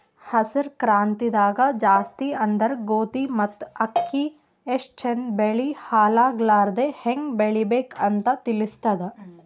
ಹಸ್ರ್ ಕ್ರಾಂತಿದಾಗ್ ಜಾಸ್ತಿ ಅಂದ್ರ ಗೋಧಿ ಮತ್ತ್ ಅಕ್ಕಿ ಎಷ್ಟ್ ಚಂದ್ ಬೆಳಿ ಹಾಳಾಗಲಾರದೆ ಹೆಂಗ್ ಬೆಳಿಬೇಕ್ ಅಂತ್ ತಿಳಸ್ತದ್